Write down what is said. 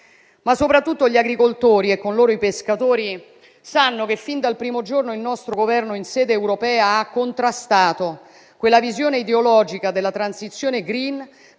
Soprattutto però gli agricoltori - e, con loro, i pescatori - sanno che fin dal primo giorno il nostro Governo in sede europea ha contrastato quella visione ideologica della transizione *green*